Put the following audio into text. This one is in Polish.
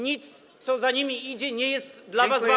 Nic, co za nimi idzie, nie jest dla was ważne.